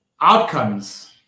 outcomes